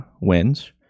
wins